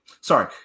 Sorry